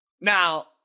Now